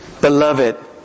beloved